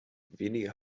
weniger